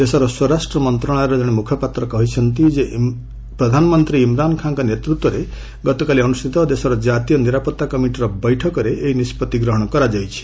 ଦେଶର ସ୍ୱରାଷ୍ଟ୍ର ମନ୍ତ୍ରଣାଳୟର ଜଣେ ମୁଖପାତ୍ର କହିଛନ୍ତି ଯେ ପ୍ରଧାନମନ୍ତ୍ରୀ ଇମ୍ରାନ୍ ଖାଁଙ୍କ ନେତୃତ୍ୱରେ ଗତକାଲି ଅନୁଷ୍ଠିତ ଦେଶର ଜାତୀୟ ନିରାପତ୍ତା କମିଟିର ବୈଠକରେ ଏହି ନିଷ୍ପଭି ଗ୍ରହଣ କରାଯାଇଛି